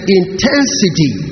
intensity